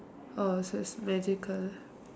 orh so it's magical